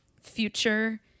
future